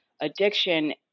addiction